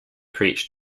preached